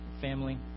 family